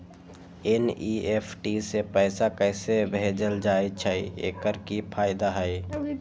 NEFT से पैसा कैसे भेजल जाइछइ? एकर की फायदा हई?